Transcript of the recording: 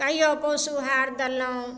कहियो पशु आहार देलहुॅं